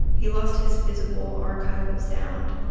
he lost his physical archive of sound,